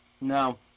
no